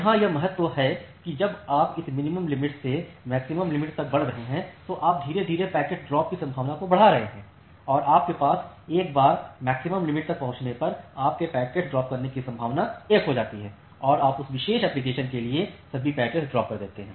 यहाँ यह महत्व है कि जब आप इस मिनिमम लिमिट से मैक्सिमम लिमिट तक बढ़ रहे हैं तो आप धीरे धीरे पैकेट्स ड्रॉप की संभावना को बढ़ा रहे हैं और आपके पास एक बार मैक्सिमम लिमिट तक पहुंचने पर आपके पैकेट्स ड्रॉप की संभावना 1 हो जाती है और आप उस विशेष एप्लिकेशन के लिए सभी पैकेट्स ड्राप कर देते हैं